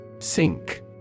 Sink